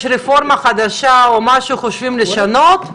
רפורמה חדשה או משהו שחושבים לשנות,